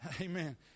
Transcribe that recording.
Amen